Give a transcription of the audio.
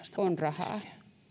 on rahaa